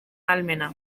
ahalmena